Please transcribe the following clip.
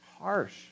harsh